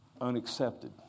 unaccepted